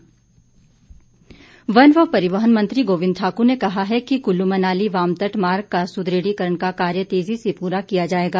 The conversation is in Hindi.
गोविंद ठाकुर वन व परिहवन मंत्री गोविंद ठाकुर ने कहा है कि कुल्लू मनाली वामतट मार्ग का सुदृढीकरण का कार्य तेजी से पूरा किया जाएगा